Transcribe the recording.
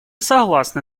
согласны